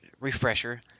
Refresher